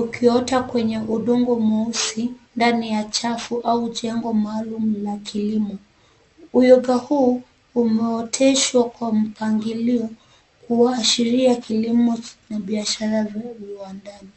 ukiota kwenye udongo mweusi ndani ya chafu au jengo maalumu la kilimo. Uyoga huu umeoteshwa kwa mpangilio, kuashiria kilimo na biashara vya viwandani.